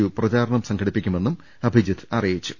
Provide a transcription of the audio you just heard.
U പ്രചാരണം സംഘടിപ്പിക്കുമെന്നും അഭിജിത്ത് അറിയിച്ചു